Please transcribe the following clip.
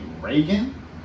Reagan